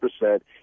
percent